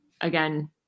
again